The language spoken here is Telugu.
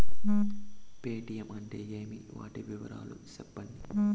పేటీయం అంటే ఏమి, వాటి వివరాలు సెప్పండి?